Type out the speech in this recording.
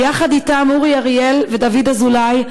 ויחד אתם אורי אריאל ודוד אזולאי,